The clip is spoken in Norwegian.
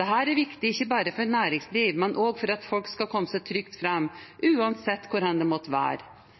Dette er viktig ikke bare for næringsliv, men også for at folk skal komme seg trygt fram uansett hvor det måtte være.